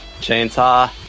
Chainsaw